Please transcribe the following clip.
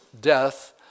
death